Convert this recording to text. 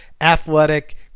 athletic